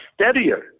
steadier